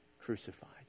crucified